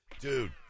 Dude